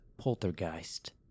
Poltergeist